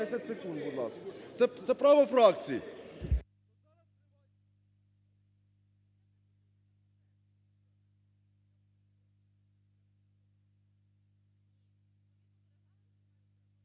Це право фракції.